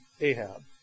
Ahab